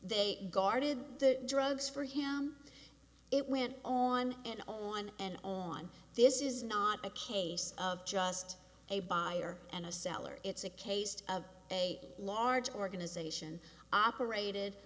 they guarded the drugs for him it went on and on and on this is not a case of just a buyer and a seller it's a case of a large organization operated